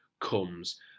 comes